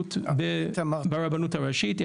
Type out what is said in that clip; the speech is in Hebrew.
וגירות ברבנות הראשית.